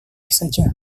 saja